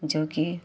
जोकि